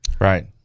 Right